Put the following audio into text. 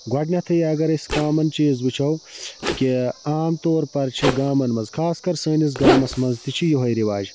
گۄڈنیٚتھٕے اَگَر أسۍ کامَن چیٖز وٕچھو کہِ عام طور پَر چھِ گامَن مَنٛز خاص کر سٲنِس گامَس مَنٛز تہِ چھُ یِہوے رِواج